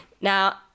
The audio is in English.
Now